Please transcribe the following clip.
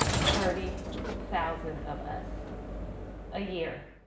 thirty thousand of us a year.